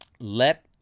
let